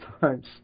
times